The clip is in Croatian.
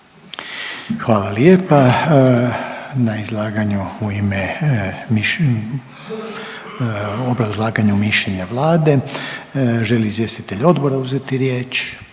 Hvala lijepa na izlaganju u ime, obrazlaganja u mišljenja vlade. Želi li izvjestitelj odbora uzeti riječ?